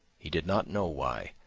he did not know why,